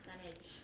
percentage